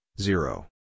zero